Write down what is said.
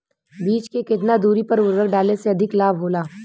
बीज के केतना दूरी पर उर्वरक डाले से अधिक लाभ होला?